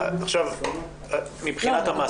מבחינת המעסיק,